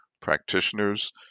practitioners